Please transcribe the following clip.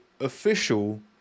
official